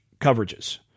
coverages